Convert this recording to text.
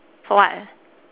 for what